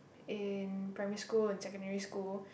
in primary school and secondary school